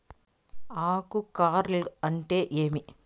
ఆకు కార్ల్ అంటే ఏమి?